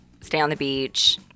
stay-on-the-beach